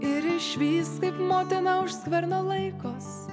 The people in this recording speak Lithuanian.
ir išvyst kaip motina už skverno laikos